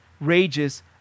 rages